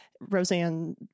Roseanne